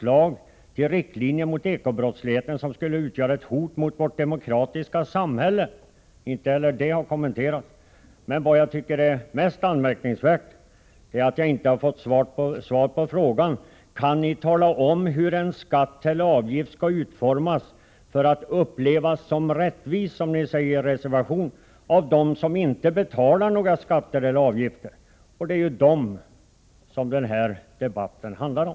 Den handlade om vilket förslag till riktlinjer mot eko-brottsligheten som skulle utgöra ett hot mot vårt demokratiska samhälle. Mest anmärkningsvärt är att jag inte har fått svar på frågan om ni kan tala om hur en skatt eller en avgift skall utformas för att den skall upplevas som rättvis — som ni säger i reservationen — av dem som inte betalar några skatter eller avgifter. Det är ju dem som den här debatten handlar om.